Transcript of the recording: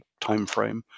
timeframe